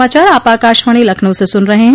यह समाचार आप आकाशवाणी लखनऊ से सुन रहे हैं